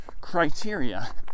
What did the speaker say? criteria